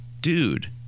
Dude